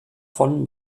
von